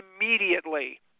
immediately